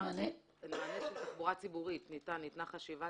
ניתן מענה של תחבורה ציבורית ניתנה חשיבה